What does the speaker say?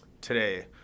Today